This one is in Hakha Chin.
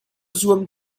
zuam